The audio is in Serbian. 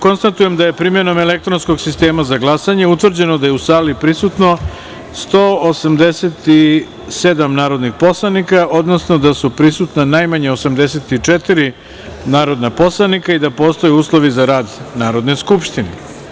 Konstatujem da je primenom elektronskog sistema za glasanje utvrđeno da je u sali prisutno 187 narodnih poslanika, odnosno da su prisutna najmanje 84 narodna poslanika i da postoje uslovi za rad Narodne skupštine.